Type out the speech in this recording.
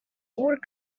wood